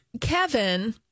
Kevin